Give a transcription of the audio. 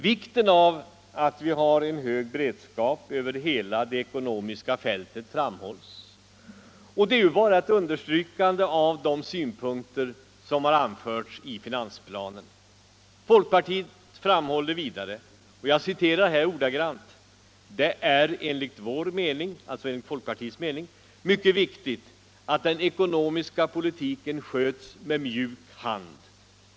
Vikten av att vi har en hög beredskap över hela det ekonomiska fältet framhålls, och det är ju bara ett understrykande av de synpunkter som anförts i finansplanen. Folkpartiet uttalar vidare, och jag citerar här ordagrant: ”Det är enligt vår mening mycket viktigt att den ekonomiska politiken sköts med mjuk hand.